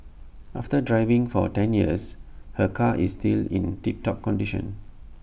after driving for ten years her car is still in tip top condition